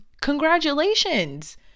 Congratulations